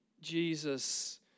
Jesus